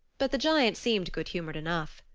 but the giant seemed good-humored enough.